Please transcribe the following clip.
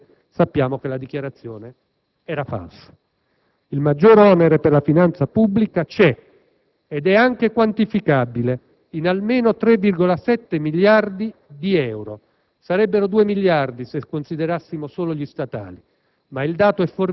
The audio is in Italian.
Ovviamente, sappiamo che la dichiarazione era falsa. Il maggior onere per la finanza pubblica c'è ed è anche quantificabile in almeno 3,7 miliardi di euro (sarebbero 2 miliardi se considerassimo solo gli statali,